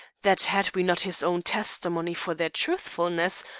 that had we not his own testimony for their truthfulness,